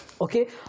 Okay